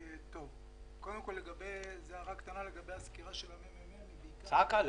הערה קטנה לגבי הסקירה של מרכז המחקר והמידע.